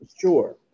sure